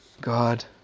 God